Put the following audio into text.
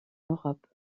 europe